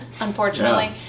unfortunately